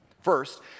First